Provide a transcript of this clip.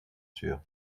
sûr